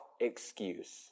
excuse